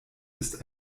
ist